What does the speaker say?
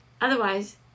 Otherwise